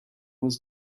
was